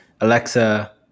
Alexa